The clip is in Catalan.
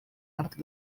arc